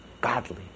godly